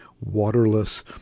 waterless